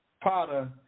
Potter